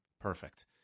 Perfect